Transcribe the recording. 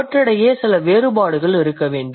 அவற்றிடையே சில வேறுபாடுகள் இருக்க வேண்டும்